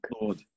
Lord